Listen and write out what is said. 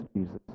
Jesus